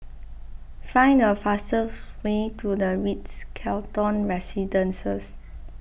find the fastest way to the Ritz Carlton Residences